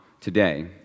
today